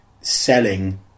selling